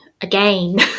again